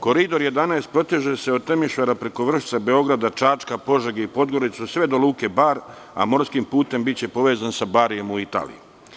Koridor 11 proteže se od Temišvara, preko Vršca, Beograda, Čačka, Požege i Podgorice, sve do Luke Bar, a morskim putem biće povezan sa Barijem u Italiji.